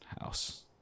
house